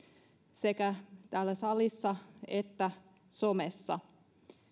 sekä täällä salissa että somessa